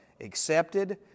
accepted